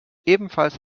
ebenfalls